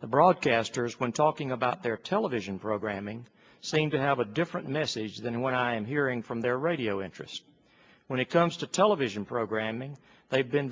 the broadcasters when talking about their television programming seem to have a different message than when i am hearing from their radio interest when it comes to television programming they have been